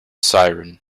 siren